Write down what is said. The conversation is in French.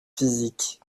physique